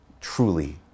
truly